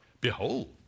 behold